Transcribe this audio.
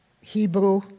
Hebrew